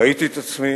ראיתי את עצמי